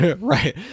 Right